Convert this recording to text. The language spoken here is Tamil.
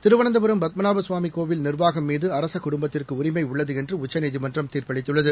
திருவனந்தபுரம் பத்மநாப ஸ்வாமி கோவில் நிர்வாகம் மீது திருவிதாங்கூர் அரச குடும்பத்திற்கு உரிமை உள்ளது என்று உச்சநீதிமன்றம் தீர்ப்பளித்துள்ளது